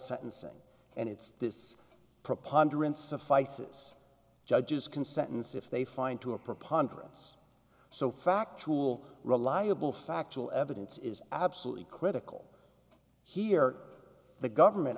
sentencing and it's this preponderance of feiss judges can sentence if they find to a preponderance so factual reliable factual evidence is absolutely critical here the government